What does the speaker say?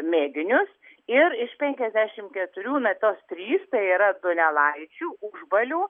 mėginius ir iš penkiasdešim keturių na tos trys tai yra duonelaičių užbalių